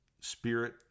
Spirit